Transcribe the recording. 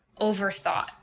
overthought